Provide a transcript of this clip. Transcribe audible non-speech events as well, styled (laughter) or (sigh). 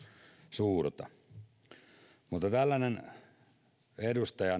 suurta mutta tällainen edustaja (unintelligible)